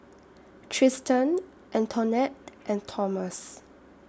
Tristan Antoinette and Thomas